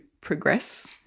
progress